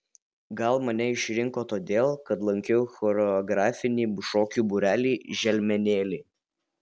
gal mane išrinko todėl kad lankiau choreografinį šokių būrelį želmenėliai